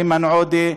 איימן עודה.